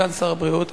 סגן שר הבריאות,